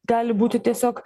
gali būti tiesiog